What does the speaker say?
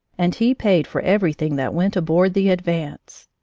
and he paid for everything that went aboard the advance.